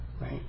Right